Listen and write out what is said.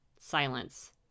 Silence